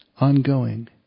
Ongoing